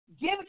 Give